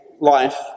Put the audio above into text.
life